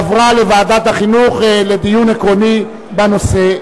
עברה לוועדת החינוך, לדיון עקרוני בנושא.